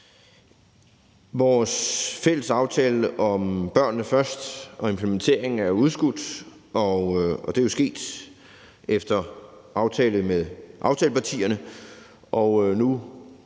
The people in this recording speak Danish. Vores fælles aftale »Børnene Først« og implementeringen af den er udskudt, og det er jo sket efter aftale med aftalepartierne.